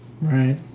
Right